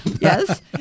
Yes